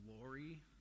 glory